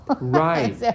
Right